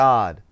God